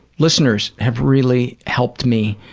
listeners have really helped me